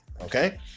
okay